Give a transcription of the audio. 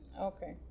okay